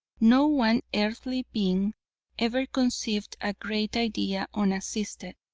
no one earthly being ever conceived a great idea unassisted.